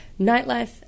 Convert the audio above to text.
nightlife